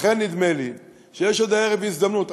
לכן, נדמה לי שהערב יש עוד הזדמנות.